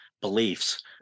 beliefs